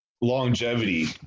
longevity